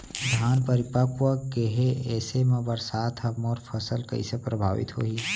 धान परिपक्व गेहे ऐसे म बरसात ह मोर फसल कइसे प्रभावित होही?